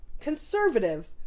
conservative